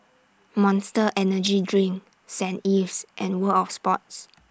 Monster Energy Drink Saint Ives and World of Sports